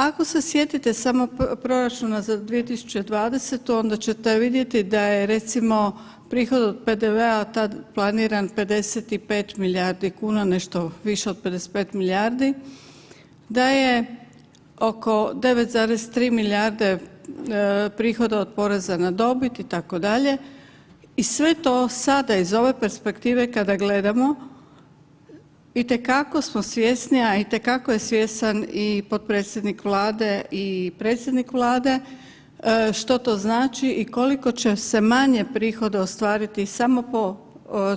Ako se sjetite samo proračuna za 2020. onda ćete vidjeti da je recimo prihod od PDV-a tad planiran 55 milijardi kuna nešto više od 55 milijardi, da je oko 9,3 milijarde prihoda od poreza na dobit itd., i sve to sada iz ove perspektive kada gledamo itekako smo svjesni, a itekako je svjestan i potpredsjednik Vlade i predsjednik Vlade, što to znači i koliko će se manje prihoda ostvariti samo